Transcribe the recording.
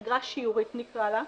אגרה שיורית נקרא לה,